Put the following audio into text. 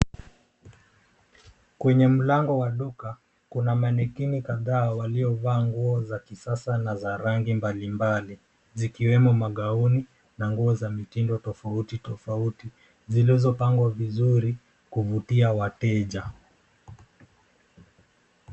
Kwenye mlango wa duka kuna mannequin kadhaa waliovaa nguo za kisasa na za rangi mbalimbali zikiwemo magauni na nguo za mitindo tofauti tofauti zilizopangwa vizuri kuvutia wateja.